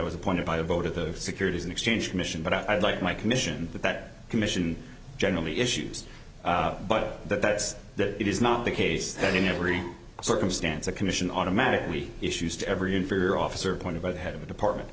i was appointed by a vote of the securities and exchange commission but i like my commission that commission generally issues but that that it is not the case and in every circumstance the commission automatically issues to every unfair officer appointed by the head of the department